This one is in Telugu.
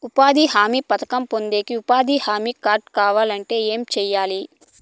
ఉపాధి హామీ పథకం పొందేకి ఉపాధి హామీ కార్డు కావాలంటే ఏమి సెయ్యాలి?